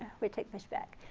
we'll take this back.